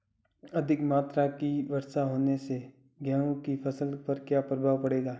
अधिक मात्रा की वर्षा होने से गेहूँ की फसल पर क्या प्रभाव पड़ेगा?